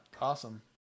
awesome